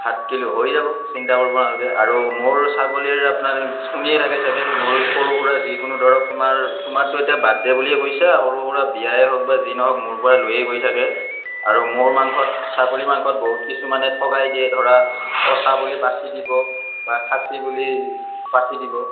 সাত কিলো হৈ যাব চিন্তা কৰব নালগে আৰু মোৰ ছাগলীৰ আপোনাৰ শুনিয়ে থাকে চাগে মোৰ সৰু সুৰা যিকোনো ধৰক তোমাৰ তোমাৰতো এতিয়া বাৰ্থডে বুলিয়ে কৈছা সৰু সুৰা বিয়ায়ে হওক বা যি নহওক মোৰপৰা লৈয়ে গৈ থাকে আৰু মোৰ মাংসত ছাগলীৰ মাংসত বহুত কিছুমানে ঠগাই দিয়ে ধৰা কচা বুলি পাথী দিব বা খাচী বুলি পাথী দিব